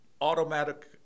automatic